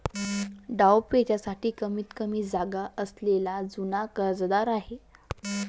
डावपेचांसाठी कमीतकमी जागा असलेला जुना कर्जदार आहे